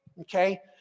okay